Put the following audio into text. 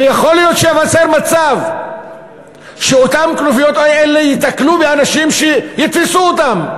ויכול להיות שייווצר מצב שאותן כנופיות ייתקלו באנשים שיתפסו אותן.